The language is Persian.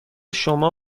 شما